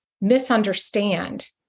misunderstand